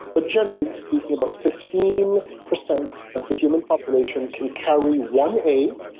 but generally speaking, about fifteen percent of the human population can carry one a,